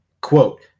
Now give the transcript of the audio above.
quote